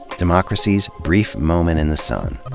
democracy's brief moment in the sun.